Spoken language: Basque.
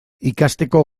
ikasteko